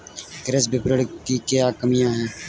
कृषि विपणन की क्या कमियाँ हैं?